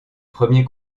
premier